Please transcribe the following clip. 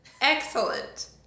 excellent